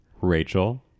Rachel